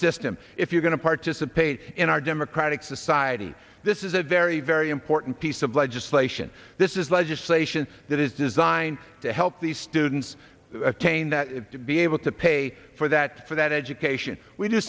system if you're going to participate in our democratic society this is a very very important piece of legislation this is legislation that is designed to help these students attain that to be able to pay for that for that education we do